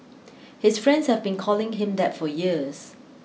his friends have been calling him that for years